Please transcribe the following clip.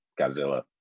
Godzilla